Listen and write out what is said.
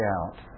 out